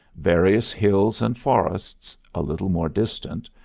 various hills and forests, a little more distant,